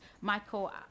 Michael